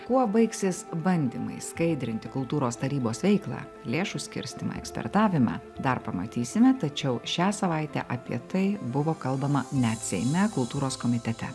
kuo baigsis bandymai skaidrinti kultūros tarybos veiklą lėšų skirstymą ekspertavimą dar pamatysime tačiau šią savaitę apie tai buvo kalbama net seime kultūros komitete